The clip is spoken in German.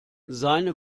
seine